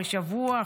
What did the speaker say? אחרי שבוע,